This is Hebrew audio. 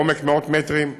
בעומק מאות מטרים.